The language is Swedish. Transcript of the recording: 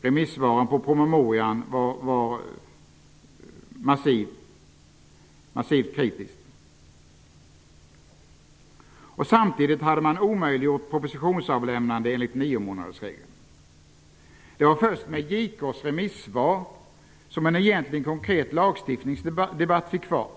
Remissvaren på promemorian var massivt kritiska. Samtidigt hade man omöjliggjort ett propositionsavlämnande enligt niomånadersregeln. Det var först med JK:s remissvar som en egentlig konkret lagstiftningsdebatt fick fart.